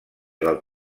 del